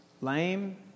lame